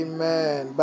Amen